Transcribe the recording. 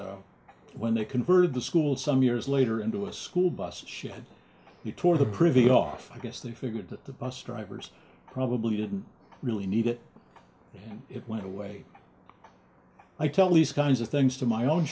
but when they converted the school some years later into a school bus she had he tore the privy off i guess they figured that the bus drivers probably didn't really need it and it went away i tell these kinds of things to my own